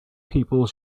people